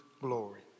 glory